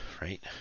right